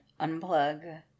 unplug